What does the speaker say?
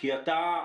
כי אתה,